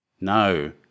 No